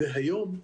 והיום,